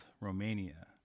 Romania